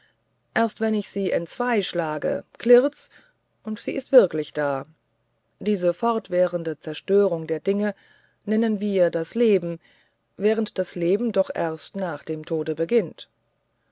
erst wenn ich sie entzwei schlage klirrt's und sie ist wirklich da diese fortwährende zerstörung der dinge nennen wir das leben während das leben doch erst nach dem tode beginnt